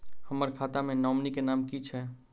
हम्मर खाता मे नॉमनी केँ नाम की छैय